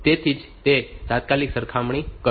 તેથી તેની તાત્કાલિક સરખામણી કરો